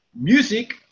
Music